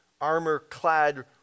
armor-clad